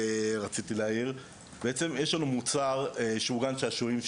יש לנו מוצר שהוא גן שעשועים,